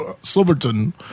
Silverton